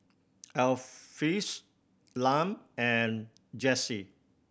Alpheus Lum and Jesse